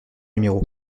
numéro